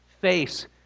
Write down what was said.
face